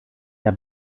der